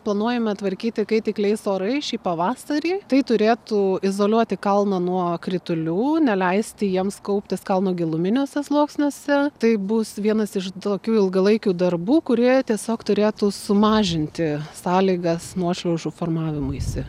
planuojame tvarkyti kai tik leis orai šį pavasarį tai turėtų izoliuoti kalną nuo kritulių neleisti jiems kauptis kalno giluminiuose sluoksniuose tai bus vienas iš tokių ilgalaikių darbų kurie tiesiog turėtų sumažinti sąlygas nuošliaužų formavimuisi